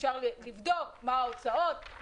אפשר לבדוק מה ההוצאות,